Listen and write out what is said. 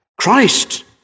Christ